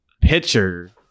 pitcher